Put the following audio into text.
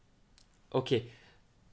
okay